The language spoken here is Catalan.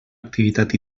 activitat